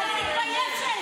תתביישו לכם.